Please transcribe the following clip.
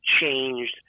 changed